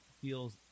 feels